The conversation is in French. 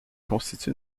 constitue